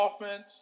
offense